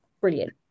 brilliant